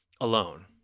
alone